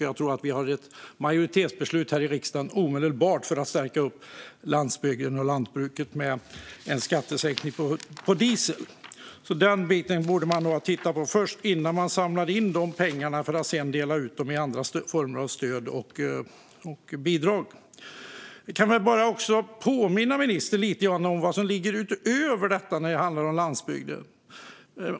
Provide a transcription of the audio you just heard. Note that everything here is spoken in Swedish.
Jag tror att det finns en majoritet här i riksdagen för att omedelbart fatta beslut om att förstärka landsbygden och lantbruket genom en skattesänkning på diesel. Den biten borde man titta på först innan man samlar in pengarna för att sedan dela ut dem i form av andra stöd och bidrag. Låt mig påminna ministern om vad som ligger utöver detta när det gäller landsbygden.